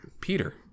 Peter